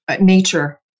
Nature